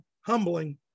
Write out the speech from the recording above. humbling